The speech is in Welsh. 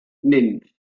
nymff